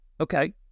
Okay